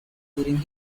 during